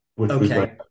Okay